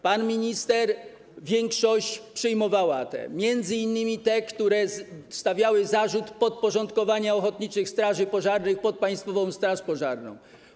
Pan minister większość przyjmował, m.in. te, które stawiały zarzut podporządkowania ochotniczych straży pożarnych Państwowej Straży Pożarnej.